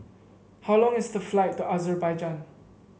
how long is the flight to Azerbaijan